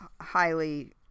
highly